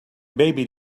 baby